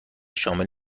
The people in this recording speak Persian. شامل